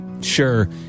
sure